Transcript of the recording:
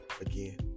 again